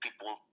people